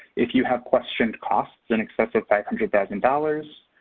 if you have questioned costs in excess of five hundred thousand dollars,